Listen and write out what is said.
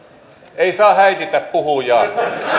ei saa häiritä puhujaa